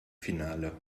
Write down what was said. finale